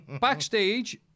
Backstage